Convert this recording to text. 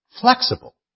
flexible